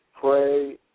pray